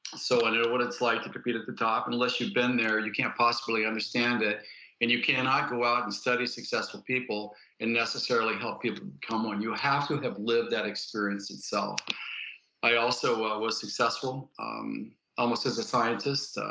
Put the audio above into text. so i know what it's like to compete at the top. unless you've been there you can't possibly understand it and you cannot go out and study successful people and necessarily help people become one. you have to have lived that experience itself i also ah was successful um almost as a scientist,